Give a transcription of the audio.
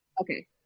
okay